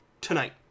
tonight